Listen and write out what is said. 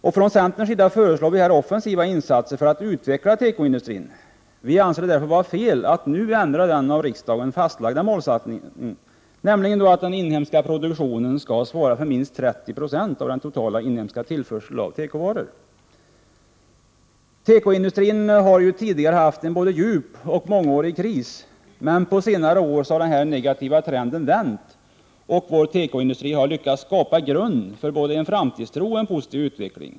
Vi från centerns sida föreslår offensiva insatser för att utveckla tekoindustrin. Vi anser det därför fel att nu ändra den av riksdagen fastlagda målsättningen, nämligen att den inhemska produktionen skall svara för minst 30 96 av den totala inhemska tillförseln av tekovaror. Tekoindustrin har tidigare haft en både djup och mångårig kris, men på senare år har den negativa trenden vänt, och vår tekoindustri har lyckats att skapa en grund för framtidstro och positiv utveckling.